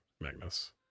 Magnus